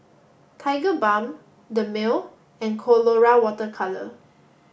Tigerbalm Dermale and Colora water colour